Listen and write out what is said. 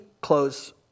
close